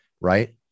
Right